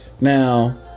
Now